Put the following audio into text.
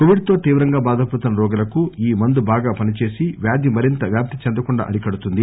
Covid తో తీవ్రంగా బాధపడుతున్న రోగులకు ఈ మందు బాగా పనిచేసి వ్యాధి మరింత వ్యాప్తి చేందకుండా అరికడుతుంది